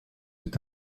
est